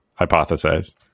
hypothesize